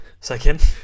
second